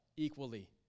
equally